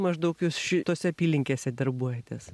maždaug jūs šitose apylinkėse darbuojatės